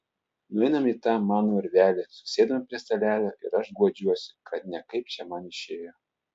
nueiname į tą mano urvelį susėdame prie stalelio ir aš guodžiuosi kad ne kaip čia man išėjo